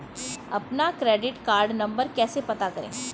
अपना credit card number कैसे पता करें?